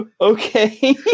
Okay